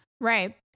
Right